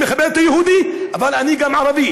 אני מכבד את היהודי, אבל אני ערבי.